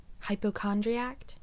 hypochondriac